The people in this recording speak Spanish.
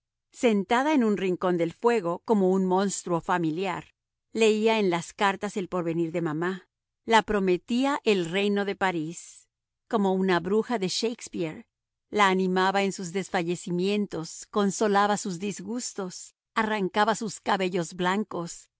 sentada en un rincón del fuego como un monstruo familiar leía en las cartas el porvenir de mamá la prometía el reino de parís como una bruja de shakespeare la animaba en sus desfallecimientos consolaba sus disgustos arrancaba sus cabellos blancos y